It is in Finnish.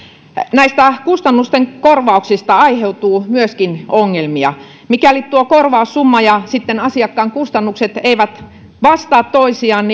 näistä kustannusten korvauksista aiheutuu myöskin ongelmia mikäli korvaussumma ja asiakkaan kustannukset eivät vastaa toisiaan